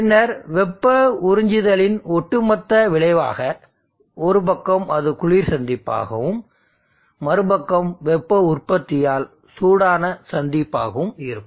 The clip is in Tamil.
பின்னர் வெப்ப உறிஞ்சுதலின் ஒட்டுமொத்த விளைவாக ஒரு பக்கம் அது குளிர் சந்திப்பாகவும் மறுபக்கத்தில் வெப்ப உற்பத்தியால் சூடான சந்திப்பாக இருக்கும்